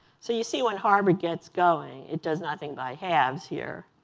so you see when harvard gets going, it does nothing by halves here.